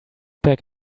back